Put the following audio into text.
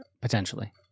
Potentially